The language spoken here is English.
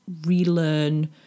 relearn